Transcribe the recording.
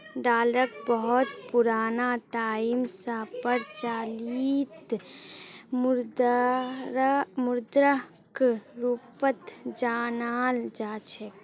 डालरक बहुत पुराना टाइम स प्रचलित मुद्राक रूपत जानाल जा छेक